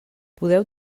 podeu